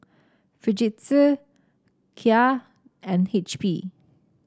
Fujitsu Kia and H P